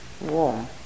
warm